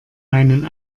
meinen